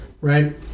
right